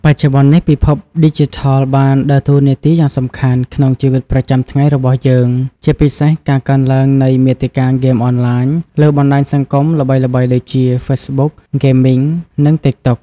បច្ចុប្បន្ននេះ ពិភពឌីជីថលបានដើរតួនាទីយ៉ាងសំខាន់ក្នុងជីវិតប្រចាំថ្ងៃរបស់យើង ជាពិសេសការកើនឡើងនៃ មាតិកាហ្គេមអនឡាញ លើបណ្ដាញសង្គមល្បីៗដូចជា ហ្វេសបុក ហ្គេមីង និង ទីកតុក។